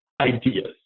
ideas